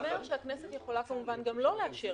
זה אומר שהכנסת יכולה כמובן גם לא לאשר